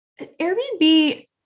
Airbnb